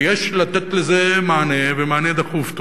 ויש לתת לזה מענה, ומענה דחוף.